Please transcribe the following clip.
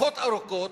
תקופות ארוכות,